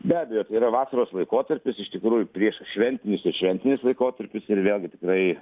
be abejo tai yra vasaros laikotarpis iš tikrųjų prieš šventinis ir šventinis laikotarpis ir vėlgi tikrai